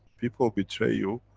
people betray you,